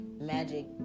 magic